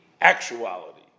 actuality